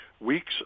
weeks